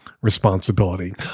responsibility